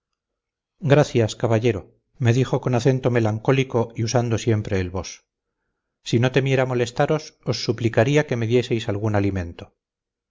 gracias caballero me dijo con acento melancólico y usando siempre el vos si no temiera molestaros os suplicaría que me dieseis algún alimento